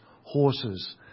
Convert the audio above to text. horses